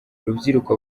rubyiruko